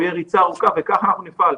הוא יהיה ריצה ארוכה וכך אנחנו נפעל.